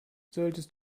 solltest